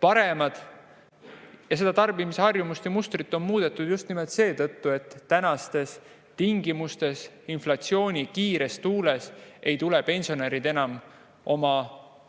paremad. Seda tarbimisharjumust ja -mustrit on muudetud just nimelt seetõttu, et tänastes tingimustes, inflatsiooni kiires tuules ei tule pensionärid enam toime.